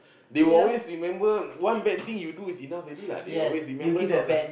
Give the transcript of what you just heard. they will always remember one bad thing you do is enough already lah they always remember that lah